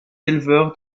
éleveurs